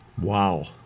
Wow